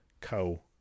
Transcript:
co